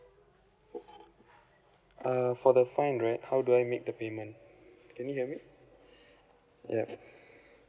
uh for the fine right how do I make the payment can you hear me yup